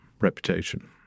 reputation